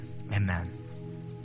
amen